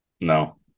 No